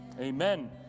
Amen